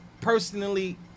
personally